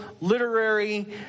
literary